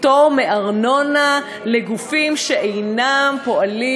פטור מארנונה לגופים שאינם פועלים